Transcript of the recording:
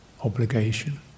obligation